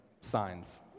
signs